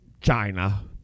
China